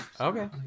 Okay